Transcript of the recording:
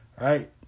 right